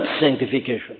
sanctification